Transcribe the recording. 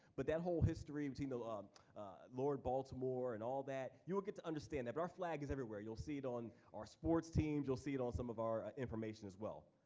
but that whole history of you know um lord baltimore and all that, you will get to understand that our flag is everywhere. you'll see it on our sports teams, you'll see it on some of our information as well.